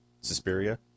Suspiria